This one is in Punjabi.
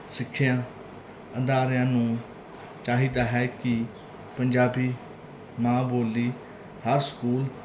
ਸਿੱਖਿਆ ਅਦਾਰਿਆਂ ਨੂੰ ਚਾਹੀਦਾ ਹੈ ਕਿ ਪੰਜਾਬੀ ਮਾਂ ਬੋਲੀ ਹਰ ਸਕੂਲ